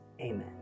amen